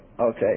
Okay